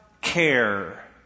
care